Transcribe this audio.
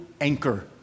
anchor